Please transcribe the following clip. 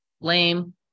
Lame